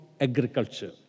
agriculture